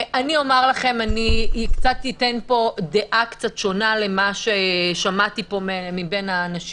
אני אתן פה דעה קצת שונה למה ששמעתי פה מהאנשים.